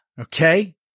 okay